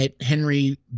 Henry